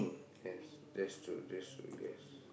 yes that's true that's true yes